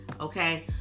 okay